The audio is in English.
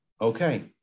Okay